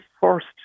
first